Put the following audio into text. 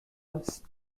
است